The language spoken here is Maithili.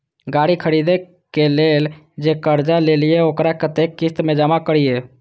गाड़ी खरदे के लेल जे कर्जा लेलिए वकरा कतेक किस्त में जमा करिए?